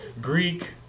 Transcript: Greek